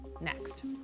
next